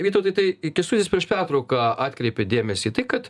vytautai tai kęstutis prieš pertrauką atkreipė dėmesį tai kad